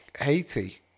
Haiti